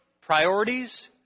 priorities